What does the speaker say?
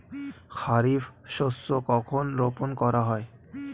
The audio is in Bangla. খারিফ শস্য কখন রোপন করা হয়?